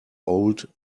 old